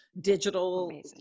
digital